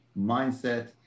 mindset